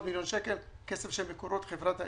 ו-400 מיליון שקלים, כסף של מקורות חברת האם.